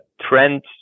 trend